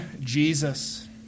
Jesus